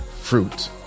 fruit